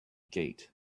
gate